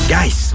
Guys